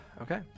Okay